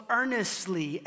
earnestly